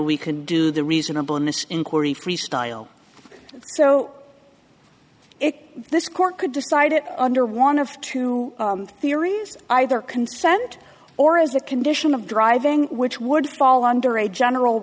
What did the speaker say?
we can do the reasonable in this inquiry freestyle so it this court could decide it under one of two theories either consent or as a condition of driving which words fall under a general